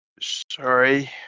Sorry